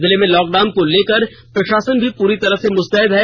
जिले में lockdown को लेकर जिला प्रषासन भी पूरी तरह मुष्तैद है